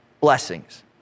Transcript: blessings